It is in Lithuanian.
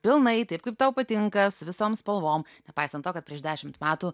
pilnai taip kaip tau patinka su visom spalvom nepaisant to kad prieš dešimt metų